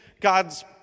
God's